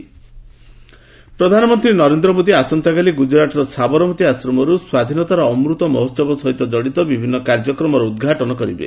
ଆଜାଦି କା ଅମୃତ ମହୋହବ ପ୍ରଧାନମନ୍ତ୍ରୀ ନରେନ୍ଦ୍ର ମୋଦୀ ଆସନ୍ତାକାଲି ଗୁଜରାତର ସାବରମତୀ ଆଶ୍ରମରୁ ସ୍ୱାଧୀନତାର ଅମୃତ ମହୋତ୍ସବ ସହିତ ଜଡ଼ିତ ବିଭିନ୍ନ କାର୍ଯ୍ୟକ୍ରମର ଉଦ୍ଘାଟନ କରିବେ